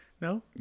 no